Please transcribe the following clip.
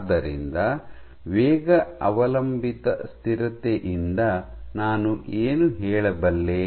ಆದ್ದರಿಂದ ವೇಗ ಅವಲಂಬಿತ ಸ್ಥಿರತೆಯಿಂದ ನಾನು ಏನು ಹೇಳಬಲ್ಲೆ